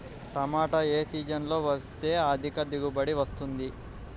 టమాటా ఏ సీజన్లో వేస్తే అధిక దిగుబడి వస్తుంది?